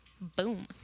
boom